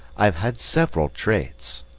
i've had several trades.